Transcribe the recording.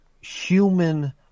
Human